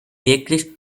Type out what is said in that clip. wirklich